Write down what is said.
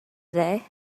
today